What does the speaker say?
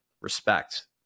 respect